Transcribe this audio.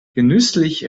genüsslich